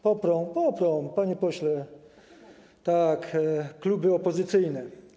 poprą, panie pośle, tak, kluby opozycyjne.